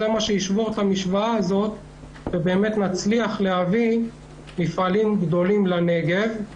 זה מה שישבור את המשוואה הזאת ובאמת נצליח להביא מפעלים גדולים לנגב.